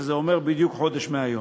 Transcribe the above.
שזה אומר בדיוק חודש מהיום.